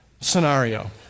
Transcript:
Scenario